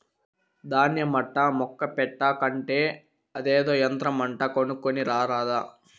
దాన్య మట్టా ముక్క పెట్టే కంటే అదేదో యంత్రమంట కొనుక్కోని రారాదా